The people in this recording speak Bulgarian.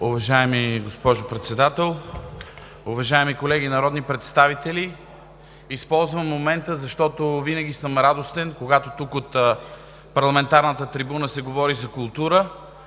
Уважаема госпожо Председател, уважаеми колеги народни представители! Използвам момента, защото винаги съм радостен, когато тук, от парламентарната трибуна, се говори за култура,